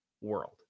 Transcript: world